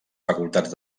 facultats